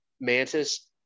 Mantis